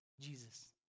Jesus